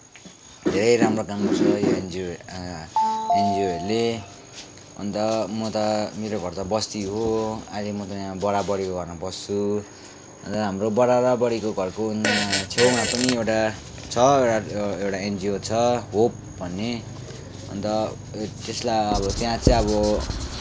धेरै राम्रो काम गर्छ यो एनजिओ एनजिओहरूले अन्त म त मेरो घर त बस्ती हो अहिले म त यहाँ बडा बडीको घरमा बस्छु अन्त हाम्रो बडा र बडीको घरको छेउमा पनि छ एउटा एनजिओ छ होप भन्ने अन्त त्यसलाई अब त्यहाँ चाहिँ अब